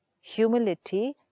humility